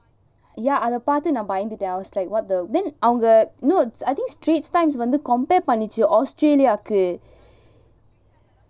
ya அத பாத்து நா பயந்துட்டேன்:atha paathu bayanthutaen I was like what the then அவங்க:avanga no I think Straits Times வந்து:vanthu compare பண்ணிச்சு:pannichu australia க்கு:kku